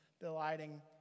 delighting